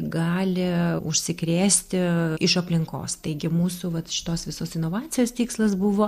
gali užsikrėsti iš aplinkos taigi mūsų vat šitos visos inovacijos tikslas buvo